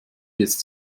jetzt